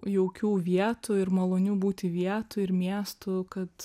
jaukių vietų ir malonių būti vietų ir miestų kad